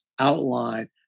outline